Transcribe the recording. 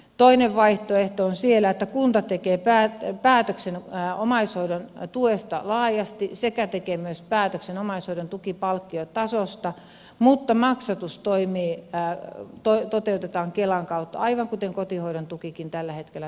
toinen vaihtoehto on se että kunta tekee päätöksen omaishoidon tuesta laajasti sekä tekee myös päätöksen omaishoidon tukipalkkion tasosta mutta maksatus toteutetaan kelan kautta aivan kuten kotihoidon tukikin tällä hetkellä toteutuu